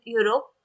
Europe